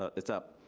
ah it's up.